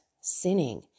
sinning